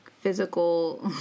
physical